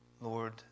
Lord